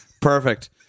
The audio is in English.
Perfect